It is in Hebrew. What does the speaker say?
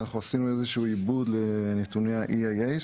אנחנו עשינו איזשהו עיבוד לנתוני ה-EAA,